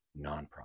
nonprofit